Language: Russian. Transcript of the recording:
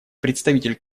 представитель